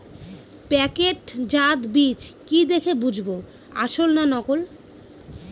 প্যাকেটজাত বীজ কি দেখে বুঝব আসল না নকল?